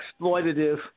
exploitative